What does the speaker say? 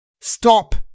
Stop